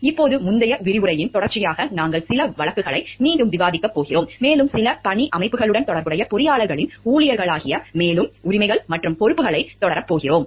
இப்போது முந்தைய விரிவுரையின் தொடர்ச்சியாக நாங்கள் சில வழக்குகளை மீண்டும் விவாதிக்கப் போகிறோம் மேலும் சில பணி அமைப்புகளுடன் தொடர்புடைய பொறியாளர்களின் ஊழியர்களாகிய மேலும் உரிமைகள் மற்றும் பொறுப்புகளைத் தொடரப் போகிறோம்